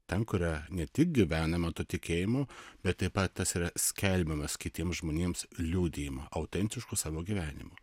ten kur yra ne tik gyvenama tuo tikėjimu bet taip pat tas yra skelbiamas kitiem žmonėms liudijimu autentišku savo gyvenimu